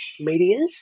medias